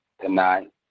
tonight